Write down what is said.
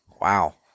Wow